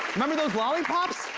remember those lollipops?